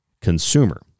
Consumer